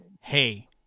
hey